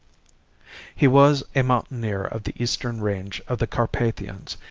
he was a mountaineer of the eastern range of the carpathians,